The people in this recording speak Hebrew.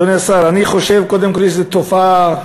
אדוני השר, אני חושב שיש תופעה,